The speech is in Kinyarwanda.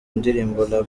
ndirimbo